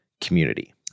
community